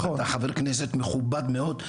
אתה חבר כנסת מכובד מאוד,